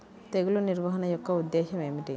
తెగులు నిర్వహణ యొక్క ఉద్దేశం ఏమిటి?